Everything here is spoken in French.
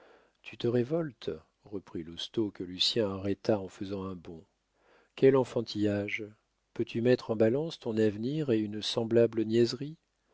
tu te révoltes reprit lousteau que lucien arrêta en faisant un bond quel enfantillage peux-tu mettre en balance ton avenir et une semblable